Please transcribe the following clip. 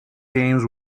games